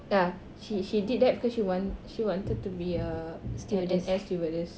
ya she she did that because she want she wanted to be a an air stewardess